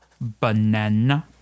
banana